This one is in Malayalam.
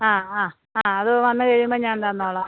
ആ ആ ആ അത് വന്ന് കഴിയുമ്പോൾ ഞാൻ തന്നോളാം